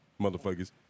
motherfuckers